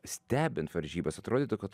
stebint varžybas atrodytų kad